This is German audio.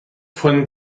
von